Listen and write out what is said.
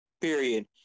Period